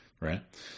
right